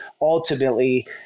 ultimately –